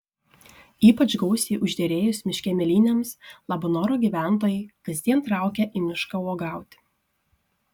ypač gausiai užderėjus miške mėlynėms labanoro gyventojai kasdien traukia į mišką uogauti